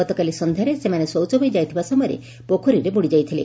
ଗତକାଲଇ ସକ୍ଷ୍ୟାରେ ସେମାନେ ଶୌଚପାଇଁ ଯାଇଥିବା ସମୟରେ ପୋଖରୀରେ ବୁଡି ଯାଇଥିଲେ